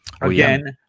Again